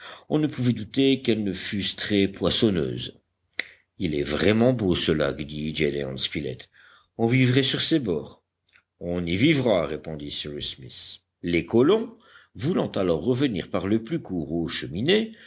on ne pouvait douter qu'elles ne fussent très poissonneuses il est vraiment beau ce lac dit gédéon spilett on vivrait sur ses bords on y vivra répondit cyrus smith les colons voulant alors revenir par le plus court aux cheminées